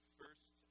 first